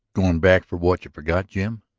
going back for what you forgot, jim?